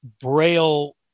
Braille